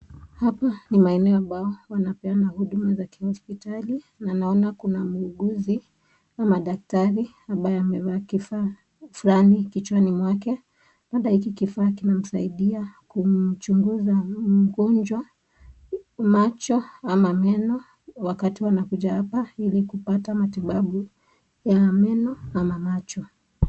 Hapa ni maeneo ambayo wanapeana huduma za kihospitali na naona kuna mwuguzi ama daktari ambaye amevaa kifaa fulani kichwani mwake. Labda hiki kifaa kinamsaidia kumchunguza mgonjwa macho ama meno wakati wanakuja hapa ili kupata matibabu ya meno ama macho.